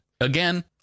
again